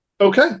Okay